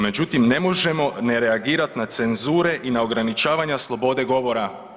Međutim, ne možemo ne reagirati na cenzure i na ograničavanja slobode govora.